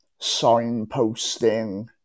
signposting